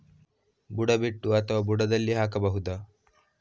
ಬುಡ ಬಿಟ್ಟು ಅಥವಾ ಬುಡದಲ್ಲಿ ಹಾಕಬಹುದಾ?